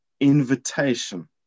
invitation